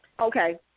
Okay